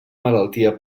malaltia